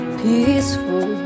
peaceful